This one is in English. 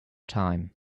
time